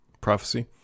prophecy